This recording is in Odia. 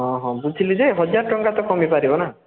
ଓହୋ ବୁଝିଲି ଯେ ହଜାରେ ଟଙ୍କା ତ କମେଇ ପାରିବନା